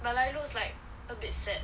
but lah it looks like a bit sad